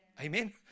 Amen